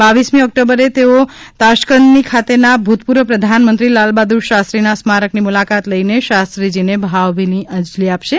બાવીસમી ઓકટોબરે મુખ્યમંત્રી વિજય રૂપાણી તાશ્કંદની ખાતેના ભૂતપૂર્વ પ્રધાનમંત્રી લાલબહાદુર શાસ્ત્રીના સ્મારકની મુલાકાત લઇને શાસ્ત્રીજીને ભાવભીની અંજલી આપશે